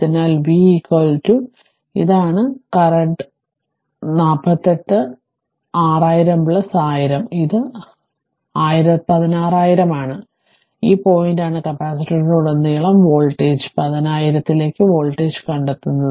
അതിനാൽ v ഇതാണ് നിലവിലെ 48 6000 10000 ഇത് 16000 ആണ് ഈ പോയിന്റാണ് കപ്പാസിറ്ററിലുടനീളം വോൾട്ടേജ് 10000 ലേക്ക് വോൾട്ടേജ് കണ്ടെത്തുന്നത്